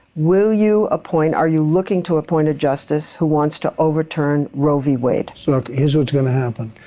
will you appoint, are you looking to appoint a justice who wants to overturn roe v. wade? look, here's what's going to happen,